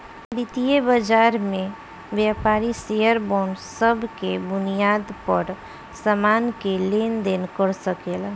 वितीय बाजार में व्यापारी शेयर बांड सब के बुनियाद पर सामान के लेन देन कर सकेला